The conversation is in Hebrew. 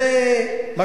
זה מה